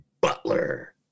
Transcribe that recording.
Butler